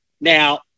Now